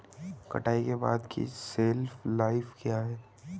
कटाई के बाद की शेल्फ लाइफ क्या है?